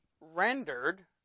rendered